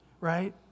right